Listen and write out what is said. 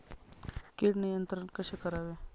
कीड नियंत्रण कसे करावे?